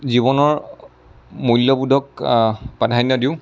জীৱনৰ মূল্যবোধক প্ৰাধান্য দিওঁ